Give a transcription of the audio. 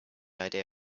idea